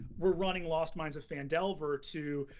we're running lost mine of phandelver to,